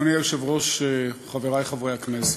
אדוני היושב-ראש, חברי חברי הכנסת,